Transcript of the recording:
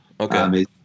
Okay